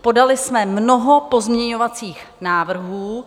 Podali jsme mnoho pozměňovacích návrhů.